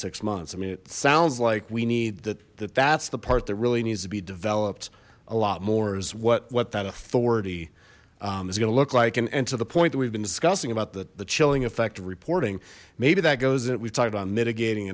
six months i mean it sounds like we need that that that's the part that really needs to be developed a lot more is what what that authority is gonna look like and to the point that we've been discussing about the the chilling effect of reporting maybe that goes that we talked about mitigating